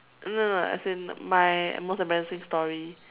no no no as in my most embarrassing story